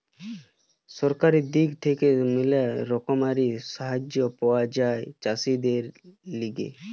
সরকারের দিক থেকে ম্যালা রকমের সাহায্য পাওয়া যায় চাষীদের লিগে